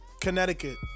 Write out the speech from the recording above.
connecticut